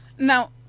Now